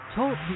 Talk